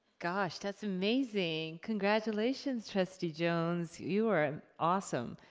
gosh, that's amazing. congratulations, trustee jones. you are awesome.